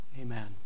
Amen